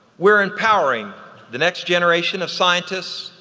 we're empowering the next generation of scientists,